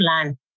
plan